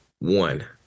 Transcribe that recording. One